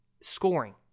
Scoring